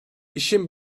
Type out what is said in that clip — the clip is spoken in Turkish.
i̇şin